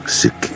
sick